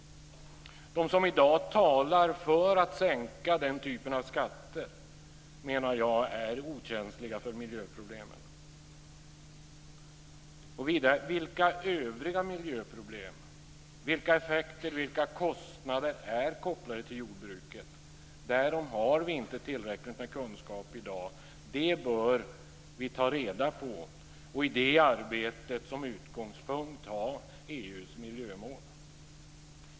De som i dag talar för att sänka den typen av skatter menar jag är okänsliga för miljöproblemen. Vilka övriga miljöproblem, vilka effekter, och vilka kostnader är kopplade till jordbruket? Därom har vi i dag inte tillräckligt med kunskap. Det bör vi ta reda på. I det arbetet bör vi ha som utgångspunkt EU:s miljömål.